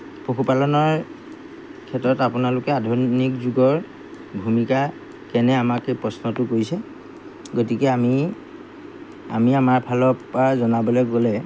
পশুপালনৰ ক্ষেত্ৰত আপোনালোকে আধুনিক যুগৰ ভূমিকা কেনে আমাক এই প্ৰশ্নটো কৰিছে গতিকে আমি আমি আমাৰ ফালৰপৰা জনাবলৈ গ'লে